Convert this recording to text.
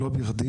לא בכדי,